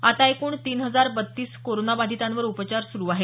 आता एकूण तीन हजार बत्तीस कोरोनाबाधितांवर उपचार सुरू आहेत